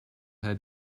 had